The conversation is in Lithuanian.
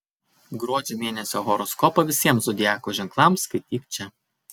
gruodžio mėnesio horoskopą visiems zodiako ženklams skaityk čia